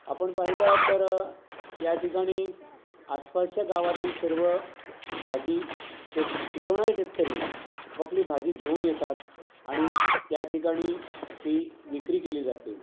आपण पाहिलं तर या ठिकाणी आसपासच्या गावातील सर्व भाजी शेत पिकवणारे शेतकरी आपापली भाजी घेऊन येतात आणि या ठिकाणी ती विक्री केली जाते